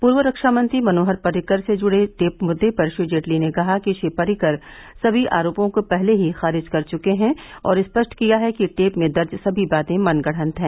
पूर्व रक्षा मंत्री मनोहर पर्रिकर से जुड़े टेप मुद्दे पर श्री जेटली ने कहा कि श्री पर्रिकर समी आरोपों को पहले ही खारिज कर चुके हैं और स्पष्ट किया है कि टेप में दर्ज सभी बातें मनगढंत हैं